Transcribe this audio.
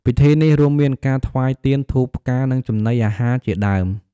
ពិធីនេះរួមមានការថ្វាយទៀន ធូប ផ្កា និងចំណីអាហារជាដើម។